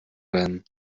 werden